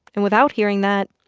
and without hearing that,